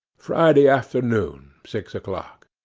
friday afternoon, six o'clock.